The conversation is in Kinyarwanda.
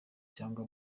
cyangwa